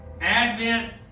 Advent